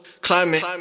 Climate